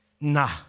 nah